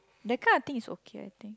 that kind of thing is okay I think